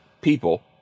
people